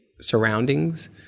surroundings